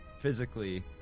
physically